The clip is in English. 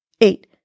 eight